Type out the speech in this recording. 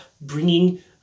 bringing